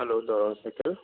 hello Darrang cycle